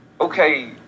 okay